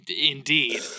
Indeed